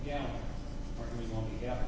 yeah yeah